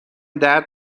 درد